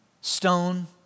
stone